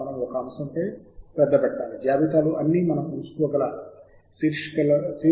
మనము చాలా జాగ్రత్తగా ఫీల్డ్లను ఎన్నుకోవాలి